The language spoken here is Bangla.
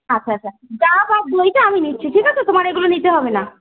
আচ্ছা আচ্ছা ডাব আর দইটা আমি নিচ্ছি ঠিক আছে তোমার এইগুলো নিতে হবে না